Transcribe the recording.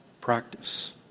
practice